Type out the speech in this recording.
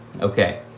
Okay